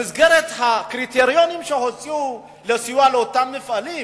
במסגרת הקריטריונים שהוציאו לסיוע לאותם מפעלים,